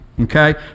okay